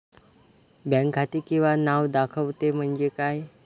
Bank खाते किंवा नाव दाखवते म्हणजे काय?